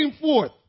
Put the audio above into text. forth